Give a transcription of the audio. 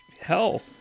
hell